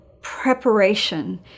preparation